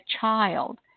child